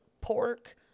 pork